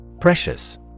Precious